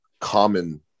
common